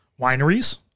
wineries